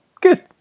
good